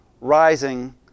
rising